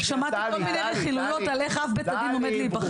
שמעתי כל מיני רכילויות על איך אב בית הדין עומד להיבחר.